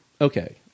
Okay